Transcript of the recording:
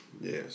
Yes